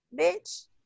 bitch